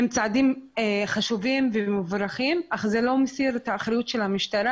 הם צעדים חשובים ומבורכים אך זה לא מסיר את האחראיות של המשטרה